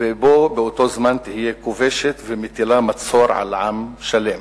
ובאותו זמן להיות כובשת ומטילה מצור על עם שלם.